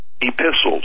epistles